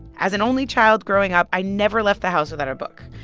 as an only child growing up, i never left the house without a book.